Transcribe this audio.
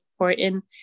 important